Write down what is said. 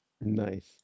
Nice